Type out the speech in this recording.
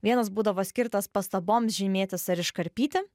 vienas būdavo skirtas pastaboms žymėtis ar iškarpyti